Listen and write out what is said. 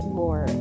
more